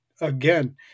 again